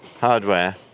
Hardware